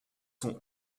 sont